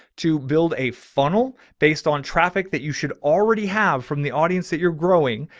to build a funnel based on traffic that you should already have from the audience that you're growing.